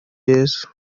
yesu